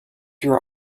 your